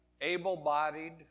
able-bodied